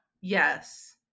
Yes